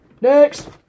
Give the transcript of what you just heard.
next